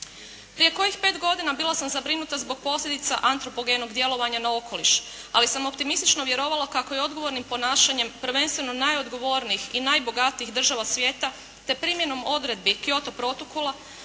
Prije kojih pet godina bila sam zabrinuta zbog posljedica antropogenog djelovanja na okoliš, ali sam optimistično vjerovala kako je odgovornim ponašanjem, prvenstveno najodgovornijih i najbogatijih država svijeta, te primjenom odredbi Kyoto protokola